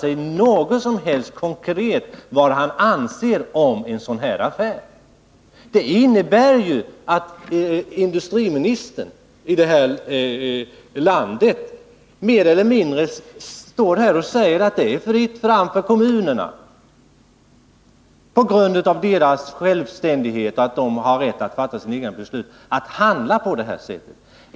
Han uttalar sig inte klart om vad han anser om en sådan här affär. Detta innebär ju att industriministern mer eller mindre står och säger att det, på grund av kommunernas rätt att självständigt fatta beslut, är fritt fram att handla på det här sättet.